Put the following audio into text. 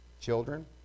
children